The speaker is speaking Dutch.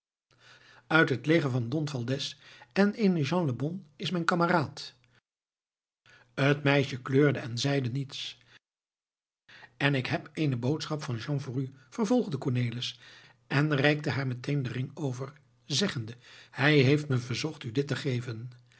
uit het leger van don valdez en jean lebon is mijn kameraad het meisje kleurde en zeide niets en ik heb eene boodschap van jean aan u vervolgde cornelis en reikte haar meteen den ring over zeggende hij heeft me verzocht u dit te geven